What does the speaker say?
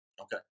Okay